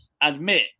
admit